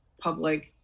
public